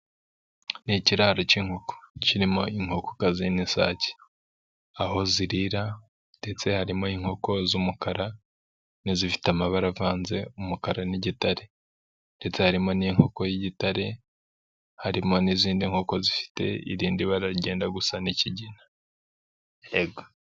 Ni ikiraro cy'inkoko, kirimo inkoko kazi n'isake, aho zirira ndetse harimo inkoko z'umukara n'izifite amabara avanze umukara n'igitare ndetse harimo n'inkoko y'igitare, harimo n'izindi nkoko zifite irindi bara ryenda gusa n'ikigina. yego.